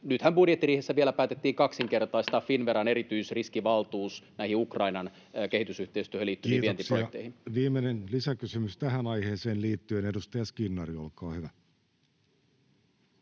Nythän budjettiriihessä vielä päätettiin kaksinkertaistaa Finnveran erityisriskivaltuus näihin Ukrainan kehitysyhteistyöhön liittyviin vientiprojekteihin. Kiitoksia. — Viimeinen lisäkysymys tähän aiheeseen liittyen. — Edustaja Skinnari, olkaa hyvä.